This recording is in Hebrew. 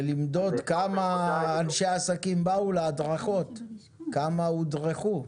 ולמדוד כמה אנשי עסקים באו להדרכות, כמה הודרכו,